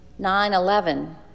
9-11